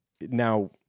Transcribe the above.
now